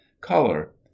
Color